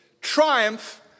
Triumph